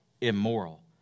immoral